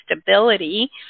stability